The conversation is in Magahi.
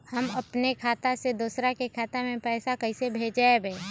हम अपने खाता से दोसर के खाता में पैसा कइसे भेजबै?